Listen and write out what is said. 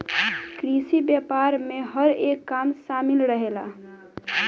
कृषि व्यापार में हर एक काम शामिल रहेला